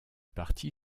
parti